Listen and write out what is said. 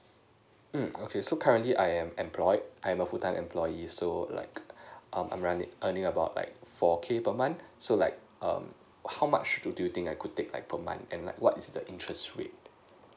um okay so currently I am employed I'm a full time employee so like um I'm running earning about like four K per month so like um how much do you think I could take like per month and like what is the interest rate